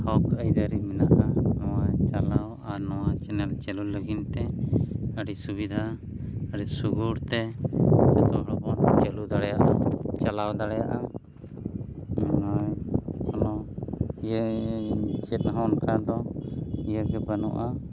ᱦᱚᱠᱼᱟᱹᱭᱫᱟᱹᱨᱤ ᱢᱮᱱᱟᱜᱼᱟ ᱱᱚᱣᱟ ᱪᱟᱞᱟᱣ ᱟᱨ ᱱᱚᱣᱟ ᱪᱮᱱᱮᱞ ᱪᱟᱹᱞᱩ ᱞᱟᱹᱜᱤᱫ ᱛᱮ ᱟᱹᱰᱤ ᱥᱩᱵᱤᱫᱷᱟ ᱟᱹᱰᱤ ᱥᱩᱜᱩᱲ ᱛᱮ ᱡᱚᱛᱚ ᱦᱚᱲ ᱵᱚᱱ ᱪᱟᱹᱞᱩ ᱫᱟᱲᱮᱭᱟᱜᱼᱟ ᱪᱟᱞᱟᱣ ᱫᱟᱲᱮᱭᱟᱜᱼᱟ ᱱᱚᱣᱟ ᱠᱚ ᱤᱭᱟᱹ ᱪᱮᱫ ᱦᱚᱸ ᱚᱱᱠᱟ ᱫᱚ ᱤᱭᱟᱹᱜᱮ ᱵᱟᱹᱱᱩᱜᱼᱟ